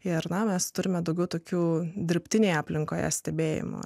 mes turime daugiau tokių dirbtinėje aplinkoje stebėjimo